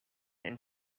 and